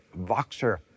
Voxer